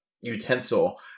utensil